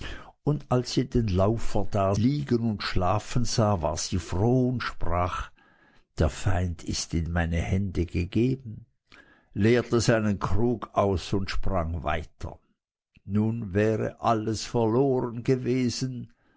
und als sie den laufer da liegen und schlafen sah war sie froh und sprach der feind ist in meine hände gegeben leerte seinen krug aus und sprang weiter nun wäre alles verloren gewesen